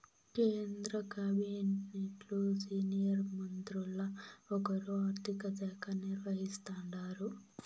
కేంద్ర కాబినెట్లు సీనియర్ మంత్రుల్ల ఒకరు ఆర్థిక శాఖ నిర్వహిస్తాండారు